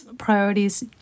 priorities